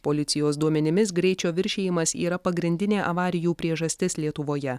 policijos duomenimis greičio viršijimas yra pagrindinė avarijų priežastis lietuvoje